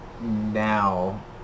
now